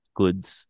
goods